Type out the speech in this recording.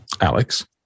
Alex